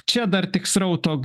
čia dar tik srauto